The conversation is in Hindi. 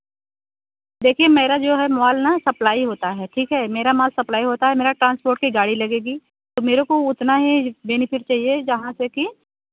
देखिए मेरा जो है माल न सप्लाई होता है ठीक है मेरा माल सप्लाई होता है मेरा ट्रांसपोर्ट की गाड़ी लगेगी तो मेरे को उतना ही बेनिफिट चाहिए जहाँ से कि